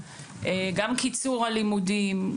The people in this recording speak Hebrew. גם קיצור הלימודים,